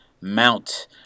Mount